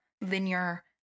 linear